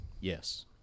Yes